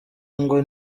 ngo